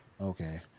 Okay